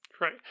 Right